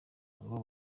ngo